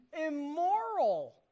immoral